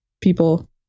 people